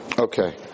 Okay